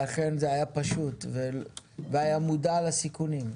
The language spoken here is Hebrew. ואכן זה היה פשוט והיה מודע לסיכונים.